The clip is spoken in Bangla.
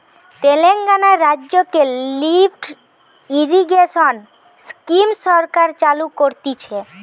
তেলেঙ্গানা রাজ্যতে লিফ্ট ইরিগেশন স্কিম সরকার চালু করতিছে